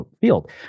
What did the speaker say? field